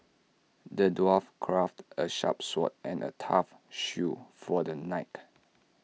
the dwarf crafted A sharp sword and A tough shield for the knight